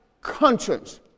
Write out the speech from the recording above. conscience